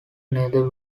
nether